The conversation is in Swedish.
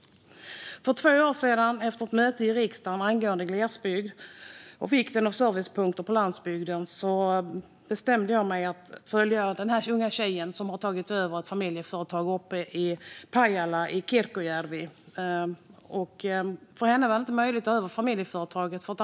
För två år sedan, efter ett möte i riksdagen angående glesbygd och vikten av servicepunkter på landsbygden, bestämde jag mig för att följa en ung tjej som har tagit över ett familjeföretag uppe i Pajala, i Kitkiöjärvi. För henne var det inte möjligt att ta över familjeföretaget.